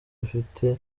ufite